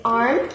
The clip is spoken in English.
arm